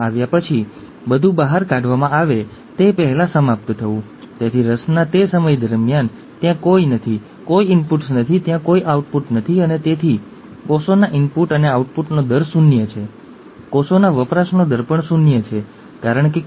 તેથી ગ્રેગોર મેન્ડેલનું તે એક મોટું યોગદાન હતું અને હું ઇચ્છું છું કે તમે આ ખૂબ જ સરસ વિડિઓ જુઓ